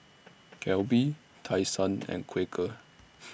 Calbee Tai Sun and Quaker